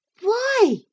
Why